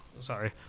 Sorry